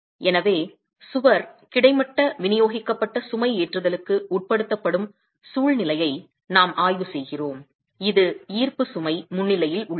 எனவே சுவர் கிடைமட்ட விநியோகிக்கப்பட்ட சுமைஏற்றுதலுக்கு உட்படுத்தப்படும் சூழ்நிலையை நாம் ஆய்வு செய்கிறோம் இது ஈர்ப்பு சுமை முன்னிலையில் உள்ளது